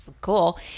Cool